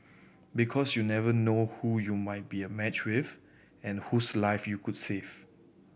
because you never know who you might be a match with and whose life you could save